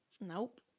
Nope